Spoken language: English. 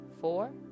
four